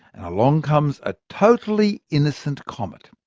and along comes a totally innocent comet.